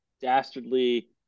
dastardly